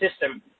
system